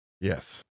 Yes